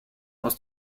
aus